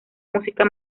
música